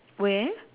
where